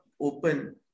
open